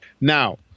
Now